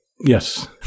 Yes